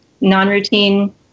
non-routine